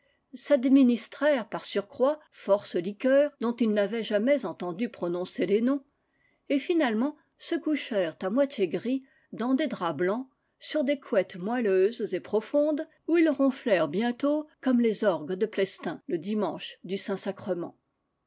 s'administrèrent par sur croît force liqueurs dont ils n'avaient jamais entendu pro noncer les noms et finalement se couchèrent à moitié gris dans des draps blancs sur des couettes moelleuses et pro fondes où ils ronflèrent bientôt comme les orgues de plestin le dimanche du